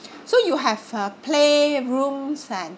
so you have uh playrooms and